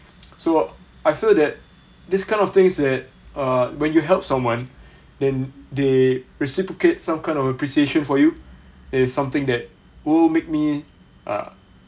so I feel that this kind of things that uh when you help someone then they reciprocate some kind of appreciation for you is something that will make me uh